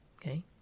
okay